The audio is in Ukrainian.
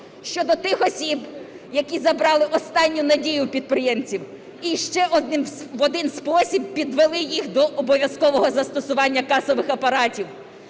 щодо тих осіб, які забрали останню надію у підприємців і ще в один спосіб підвели їх до обов'язкового застосування касових апаратів.